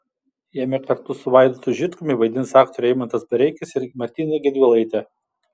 jame kartu su vaidotu žitkumi vaidins aktoriai eimantas bareikis ir martyna gedvilaitė